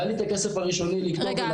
היה לי את הכסף הראשוני --- רגע,